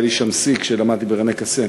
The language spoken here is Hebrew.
היה לי שם שיא כשלמדתי ב"רנה קאסן".